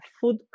food